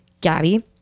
Gabby